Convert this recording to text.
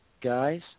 guys